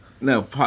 No